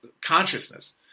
consciousness